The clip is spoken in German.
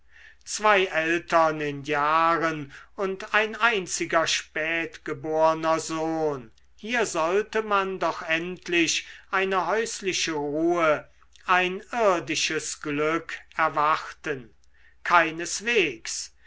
zwei eltern in jahren und ein einziger spätgeborner sohn hier sollte man doch endlich eine häusliche ruhe ein irdisches glück erwarten keineswegs